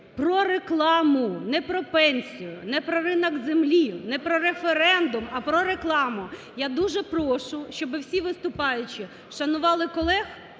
про рекламу. Не про пенсію, не про ринок землі, не про референдум, а про рекламу. Я дуже прошу, щоби всі виступаючі шанували колег,